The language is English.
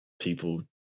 people